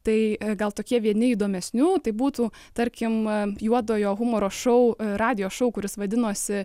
tai gal tokie vieni įdomesnių tai būtų tarkim juodojo humoro šou radijo šou kuris vadinosi